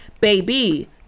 Baby